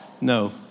No